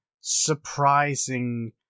surprising